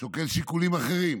שוקל שיקולים אחרים.